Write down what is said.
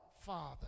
father